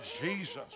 Jesus